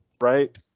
Right